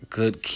good